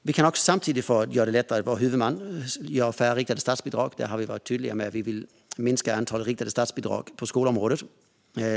Vi kan samtidigt göra det lättare att vara huvudman genom att ge färre riktade statsbidrag. Vi i Centerpartiet har varit tydliga med att vi vill minska antalet riktade statsbidrag på skolområdet.